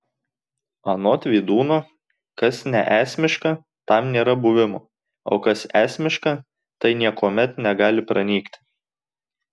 anot vydūno kas neesmiška tam nėra buvimo o kas esmiška tai niekuomet negali pranykti